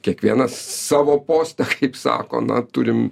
kiekvienas savo poste kaip sako na turim